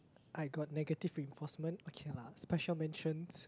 I got negative reinforcement okay lah special mentions